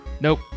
Nope